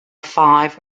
five